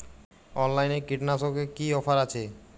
অনলাইনে কীটনাশকে কি অফার আছে?